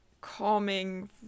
calming